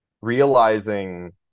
realizing